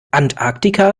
antarktika